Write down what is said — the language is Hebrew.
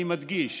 אני מדגיש